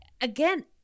Again